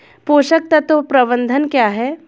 पोषक तत्व प्रबंधन क्या है?